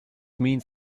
means